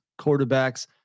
quarterbacks